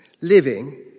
living